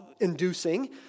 inducing